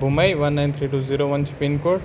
بُمَے one nine three two zero one چھِ pin کوڑ